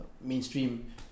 mainstream